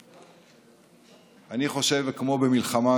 אני חושב שכמו במלחמה,